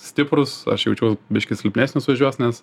stiprūs aš jaučiaus biškį silpnesnis už juos nes